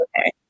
okay